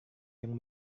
yang